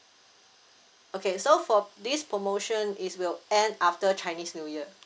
okay so for this promotion is will end after chinese new year